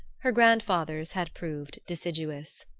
her grandfather's had proved deciduous.